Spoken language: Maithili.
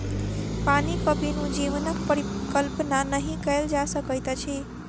पानिक बिनु जीवनक परिकल्पना नहि कयल जा सकैत अछि